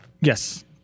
Yes